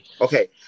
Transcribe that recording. Okay